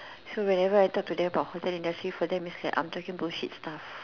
so whenever I'm talking to them about hotel industry to them I'm just like talking bull shit stuff